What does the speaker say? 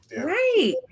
right